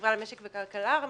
חברה למשק וכלכלה, או